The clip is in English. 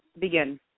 begin